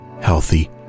healthy